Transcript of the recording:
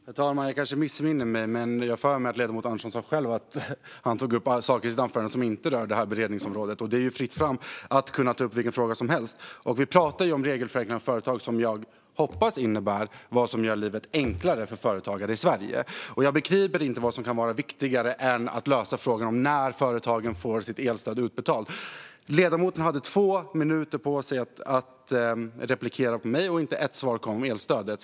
Herr talman! Jag kanske missminner mig, men jag har för mig att ledamoten Andersson själv sa att han tog upp saker i sitt anförande som inte rörde detta beredningsområde. Det är ju fritt fram att ta upp vilken fråga som helst. Vi pratar ju om regelförenklingar för företag, vilket jag hoppas innebär sådant som gör livet enklare för företagare i Sverige. Jag begriper inte vad som kan vara viktigare än att lösa frågan när företagen får sitt elstöd utbetalt. Ledamoten hade två minuter på sig i sin replik till mig, men inte ett svar kom om elstödet.